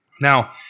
Now